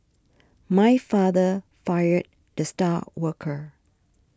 my father fired the star worker